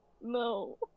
No